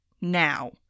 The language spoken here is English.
now